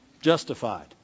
Justified